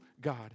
God